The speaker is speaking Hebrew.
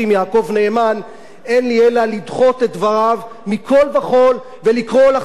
אין לי אלא לדחות את דבריו מכול וכול ולקרוא לכם להצביע על החוק הזה,